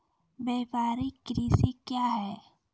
व्यापारिक कृषि क्या हैं?